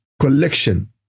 collection